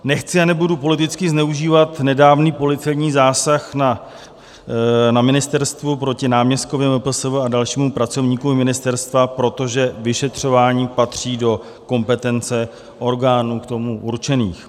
Nechci a nebudu politicky zneužívat nedávný policejní zásah na ministerstvu proti náměstkovi MPSV a dalšímu pracovníkovi ministerstva, protože vyšetřování patří do kompetence orgánů k tomu určených.